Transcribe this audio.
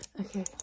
Okay